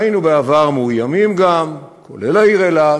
והיינו בעבר מאוימים גם, כולל העיר אילת,